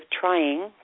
trying